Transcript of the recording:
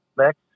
next